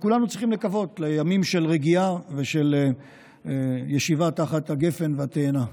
כולנו צריכים לקוות לימים של רגיעה ושל ישיבה תחת הגפן והתאנה.